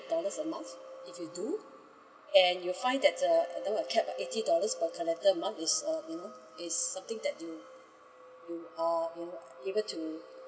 dollars a month if you do and you find that uh although uh cap eighty dollars per calendar month is uh you know is something that you you are you know given to